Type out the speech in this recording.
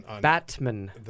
Batman